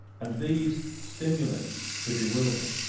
and these stimulate to bewilder